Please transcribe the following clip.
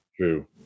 True